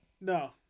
No